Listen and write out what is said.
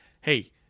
hey